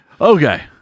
Okay